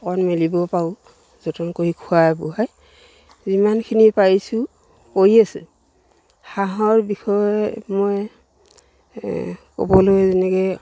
অকণ মেলিবও পাৰোঁ যতন কৰি খোৱাই বোৱাই যিমানখিনি পাৰিছোঁ কৰি আছে হাঁহৰ বিষয়ে মই ক'বলৈ যেনেকৈ